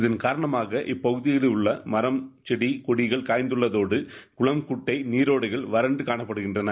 இதன் காரணமாக இப்பகுதிகளில் உள்ள மரம் செடி கொடிகள் காய்ந்துள்ளதோடு குளம் குட்டை நீரோடைகள் வறண்டு காணப்படுகின்றன